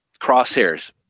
crosshairs